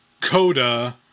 Coda